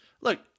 look